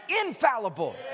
infallible